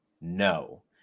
no